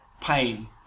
pain